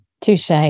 Touche